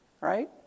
right